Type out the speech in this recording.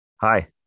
Hi